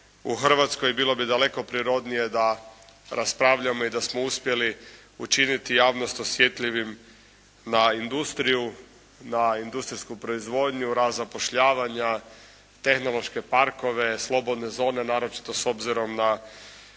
u Hrvatskoj, bilo bi daleko prirodnije da raspravljamo i da smo uspjeli učiniti javnost osjetljivim na industriju, na industrijsku proizvodnju, rast zapošljavanja, tehnološke parkove, slobodne zone naročito s obzirom na